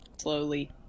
slowly